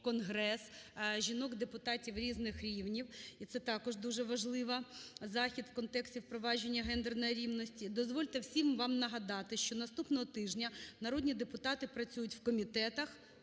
конгрес жінок-депутатів різних рівнів. І це також дуже важливий захід в контексті впровадження гендерної рівност". Дозвольте всім вам нагадати, що наступного тижня народні депутати працюють в комітетах,